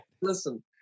Listen